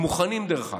הם מוכנים, דרך אגב: